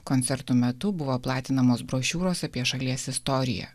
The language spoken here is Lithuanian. koncertų metu buvo platinamos brošiūros apie šalies istoriją